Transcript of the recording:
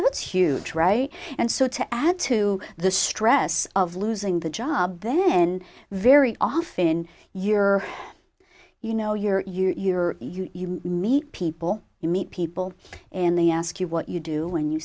that's huge right and so to add to the stress of losing the job then very often you're you know you're you're you're you meet people you meet people and they ask you what you do when you